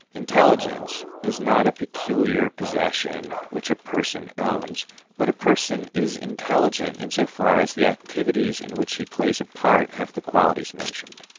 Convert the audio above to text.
intelligence is not a peculiar possession which a person owns but a person is intelligent in so far as the activities in which he plays a part have the qualities mentioned.